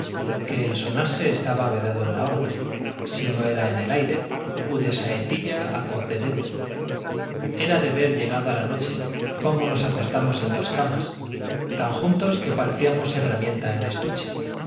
que el sonarse estaba vedado en la orden si no era en el aire u de saetilla a coz de dedo era de ver llegada la noche cómo nos acostamos en dos camas tan juntos que parecíamos herramienta en estuche